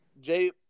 Jay